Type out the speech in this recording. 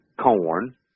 corn